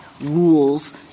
rules